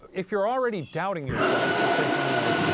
if you're already doubting yourself and thinking, like,